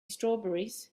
strawberries